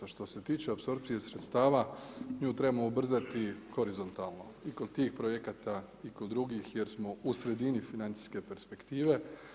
A što se tiče apsorpcije sredstava nju trebamo ubrzati horizontalno i kod tih projekata i kod drugih, jer smo u sredini financijske perspektive.